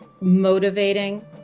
motivating